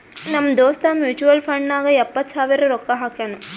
ನಮ್ ದೋಸ್ತ mutual fund ನಾಗ್ ಎಪ್ಪತ್ ಸಾವಿರ ರೊಕ್ಕಾ ಹಾಕ್ಯಾನ್